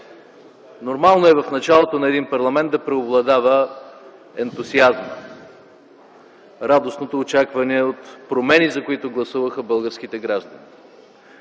Нормално е в началото на един парламент да преобладават ентусиазмът, радостното очакване от промени, за които гласуваха българските граждани.